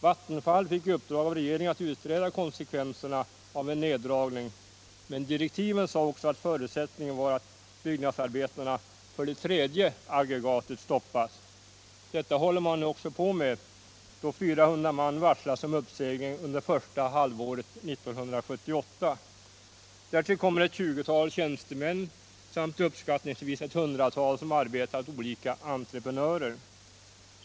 Vattenfall fick i uppdrag av regeringen att utreda konsekvenserna av en neddragning, men direktiven sade också att förutsättningen var att byggnadsarbetena för det tredje aggregatet stoppades. Detta håller nu också på att ske. 400 man har varslats om uppsägning under första halvåret 1978. Därtill kommer ett tjugotal tjänstemän samt uppskattningsvis ett hundratal personer som arbetar åt olika entreprenörer.